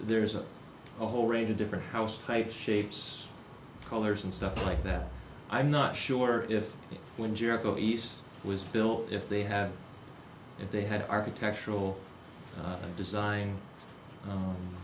there's a whole range of different house type shapes colors and stuff like that i'm not sure if when jericho east was built if they had if they had architectural design